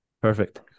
Perfect